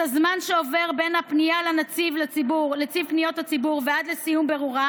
הזמן שעובר בין הפנייה לנציב פניות הציבור ועד לסיום בירורה.